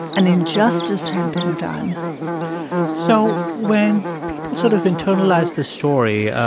an injustice had been done so when people sort of internalize the story,